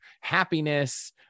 happiness